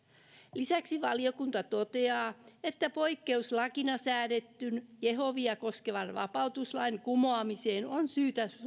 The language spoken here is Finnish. lisäksi valiokunta toteaa että poikkeuslakina säädetyn jehovia koskevan vapautuslain kumoamiseen on syytä